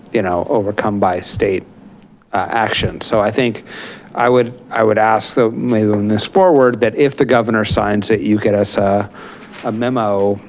you know overcome by state action. so i think i would i would ask the moving this forward, that if the governor signs that you get us a ah memo,